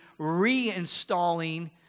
reinstalling